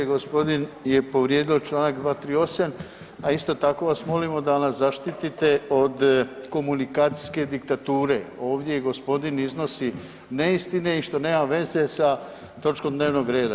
Gospodin je povrijedio Članak 238., a isto tako vas molimo da nas zaštitite od komunikacijske diktature, ovdje gospodina iznosi neistine i što nema veze s točkom dnevnog reda.